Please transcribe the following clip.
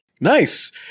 Nice